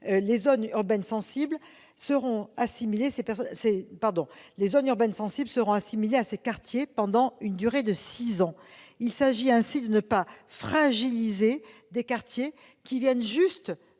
les zones urbaines sensibles seront assimilées à ces quartiers pendant une durée de six ans. Il s'agit ainsi de ne pas fragiliser des quartiers qui viennent juste